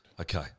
Okay